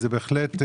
ובהחלט,